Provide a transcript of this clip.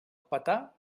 petar